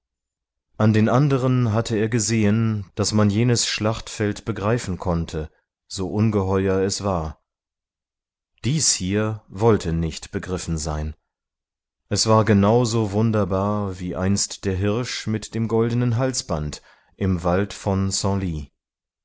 an den anderen hatte er gesehen daß man jenes schlachtfeld begreifen konnte so ungeheuer es war dies hier wollte nicht begriffen sein es war genau so wunderbar wie einst der hirsch mit dem goldenen halsband im wald von